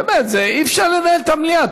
באמת, אי-אפשר לנהל את המליאה.